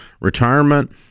retirement